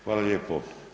Hvala lijepo.